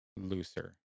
looser